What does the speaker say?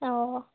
অ